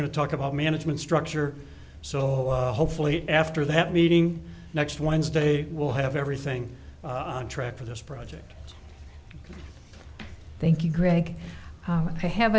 going to talk about management structure so hopefully after that meeting next wednesday we'll have everything on track for this project thank you greg i have